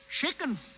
Chicken